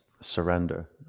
surrender